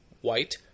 white